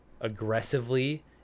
aggressively